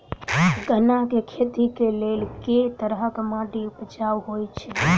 गन्ना केँ खेती केँ लेल केँ तरहक माटि उपजाउ होइ छै?